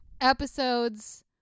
episodes